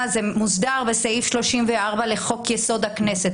זה מוסדר בסעיף 34 לחוק-יסוד: הכנסת,